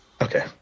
Okay